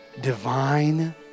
divine